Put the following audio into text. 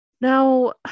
now